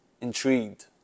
intrigued